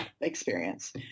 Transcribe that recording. experience